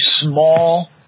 small